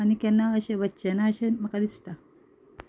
आनी केन्ना वचचें ना अशें म्हाका दिसता